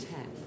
Ten